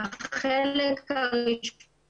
על התקן הראשון,